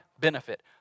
benefit